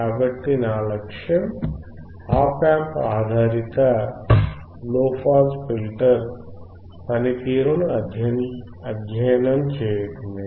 కాబట్టి నా లక్ష్యం ఆప్ ఆంప్ ఆధారిత లోపాస్ ఫిల్టర్ పని తీరుని అధ్యయనం చేయడమే